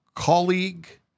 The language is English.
colleague